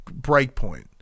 Breakpoint